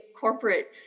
corporate